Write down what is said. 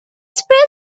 spread